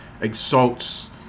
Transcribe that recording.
exalts